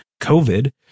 COVID